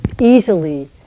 easily